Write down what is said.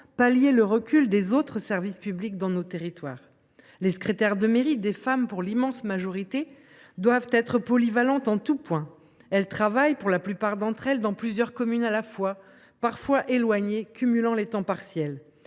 outre, le recul des autres services publics dans nos territoires. Les secrétaires de mairie – des femmes, dans l’immense majorité des cas – doivent être polyvalentes en tout point. Elles travaillent, pour la plupart d’entre elles, dans plusieurs communes à la fois, parfois éloignées, cumulant les temps partiels.